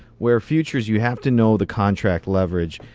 where futures you have to know the contract leverage.